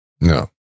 No